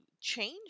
change